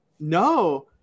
No